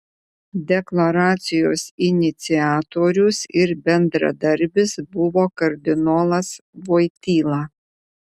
deklaracijos iniciatorius ir bendradarbis buvo kardinolas voityla